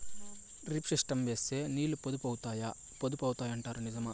Drip system వేస్తే నీళ్లు పొదుపు అవుతాయి అంటారు నిజమా?